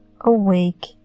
awake